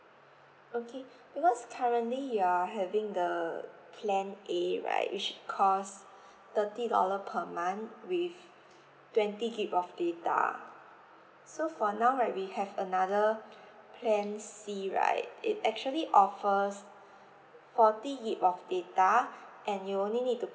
okay because currently you're having the plan A right which cost thirty dollar per month with twenty G_B of data so for now right we have another plan C right it actually offers fourty G_B data and you only need to